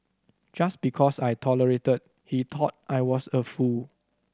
just because I tolerated he thought I was a fool